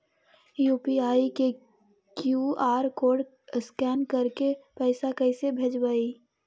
UPI के QR code scan करके पैसा कैसे भेजबइ?